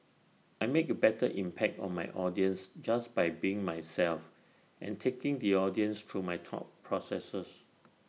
I make A better impact on my audience just by being myself and taking the audience through my thought processes